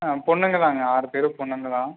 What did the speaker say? ஆ பொண்ணுங்க தாங்க ஆறு பேரும் பொண்ணுங்க தான்